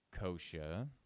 kosha